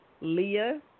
Leah